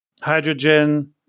hydrogen